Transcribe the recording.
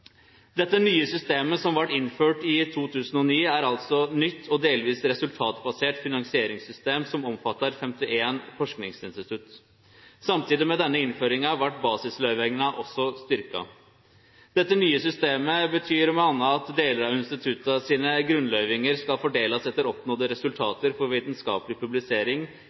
Dette nye systemet, som vart innført i 2009, er altså eit nytt og delvis resultatbasert finansieringssystem som omfattar 51 forskingsinstitutt. Samtidig med denne innføringa vart basisløyvinga også styrkt. Det nye systemet betyr m.a. at delar av institutta sine grunnløyvingar skal fordelast etter oppnådde resultat for vitskapeleg publisering,